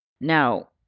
now